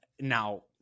Now